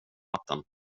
vatten